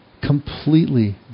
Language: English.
Completely